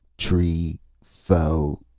t'ree, fo',